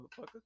motherfucker